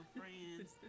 friends